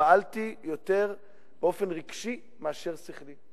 פעלתי באופן רגשי יותר מאשר שכלי,